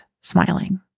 smiling